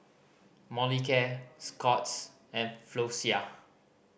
Molicare Scott's and Floxia